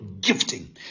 gifting